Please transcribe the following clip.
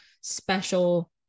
special